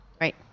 Right